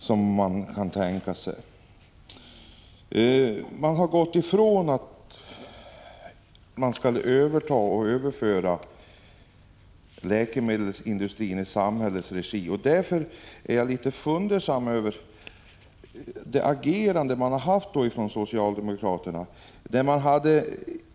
Socialdemokraterna har gått ifrån att läkemedelsindustrin skulle överföras i samhällets regi. Jag är litet fundersam över socialdemokraternas agerande.